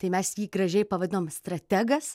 tai mes jį gražiai pavadinom strategas